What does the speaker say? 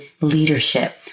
leadership